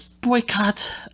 boycott